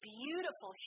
beautiful